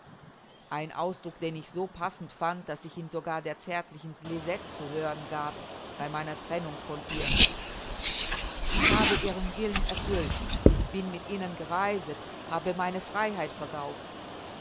ein ausdruck den ich so passend fand daß ich ihn sogar der zärtlichen lisette zu hören gab bei meiner trennung von ihr ich habe ihren willen erfüllt bin mit ihnen gereiset habe meine freiheit verkauft